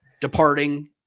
departing